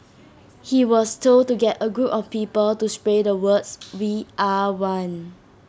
he was told to get A group of people to spray the words we are one